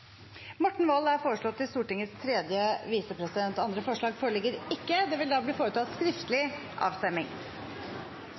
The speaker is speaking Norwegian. er foreslått valgt til Stortingets andre visepresident. – Andre forslag foreligger ikke. Det